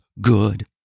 good